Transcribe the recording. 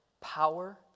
power